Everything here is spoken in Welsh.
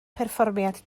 perfformiad